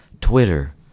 Twitter